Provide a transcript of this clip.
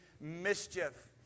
mischief